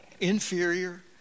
inferior